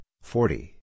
forty